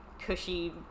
cushy